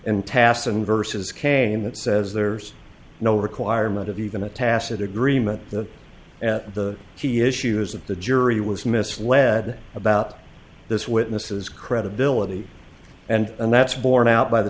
tass and vs kane that says there's no requirement of even a tacit agreement that at the key issues of the jury was misled about this witnesses credibility and and that's borne out by the